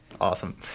Awesome